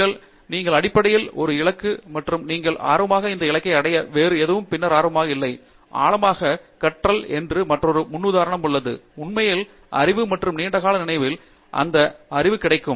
எங்கே நீங்கள் அடிப்படையில் ஒரு இலக்கு மற்றும் நீங்கள் ஆர்வமாக அந்த இலக்கை அடைய வேறு எதுவும் பின்னர் ஆர்வமாக இல்லை ஆழமாக கற்றல் என்று மற்றொரு முன்னுதாரணம் உள்ளது உண்மையில் அறிவு மற்றும் நீண்ட கால நினைவில் அந்த அறிவு கிடைக்கும்